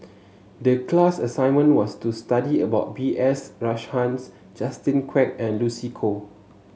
the class assignment was to study about B S Rajhans Justin Quek and Lucy Koh